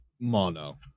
mono